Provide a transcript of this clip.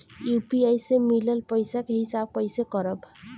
UPI से मिलल पईसा के हिसाब कइसे करब?